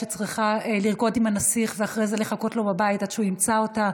שצריכה לרקוד עם הנסיך ואחרי זה לחכות לו בבית עד שהוא ימצא אותה,